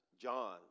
John